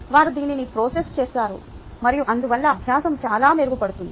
వారు దీనిని ప్రాసెస్ చేసారు మరియు అందువల్ల అభ్యాసం చాలా మెరుగుపడుతుంది